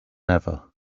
never